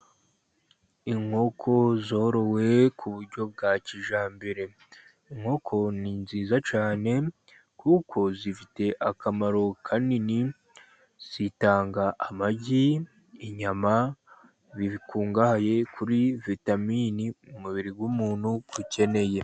Inkoko zorowe ku buryo bwa kijyambere, inkoko ni nziza cyane kuko zifite akamaro kanini zitanga amagi, inyama bikungahaye kuri vitamini umubiri w'umuntu ukeneye.